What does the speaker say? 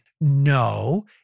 No